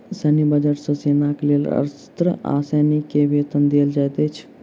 सैन्य बजट सॅ सेनाक लेल अस्त्र आ सैनिक के वेतन देल जाइत अछि